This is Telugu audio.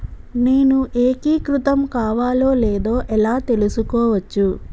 నేను ఏకీకృతం కావాలో లేదో ఎలా తెలుసుకోవచ్చు?